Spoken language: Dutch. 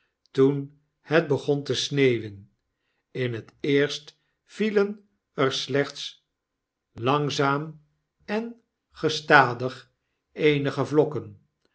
toen het begon te sneeuwen in het eerst vielen er slechts langzaam en gestadig eenige vlokken